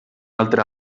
altra